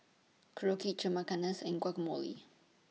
Korokke Chimichangas and Guacamole